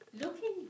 Looking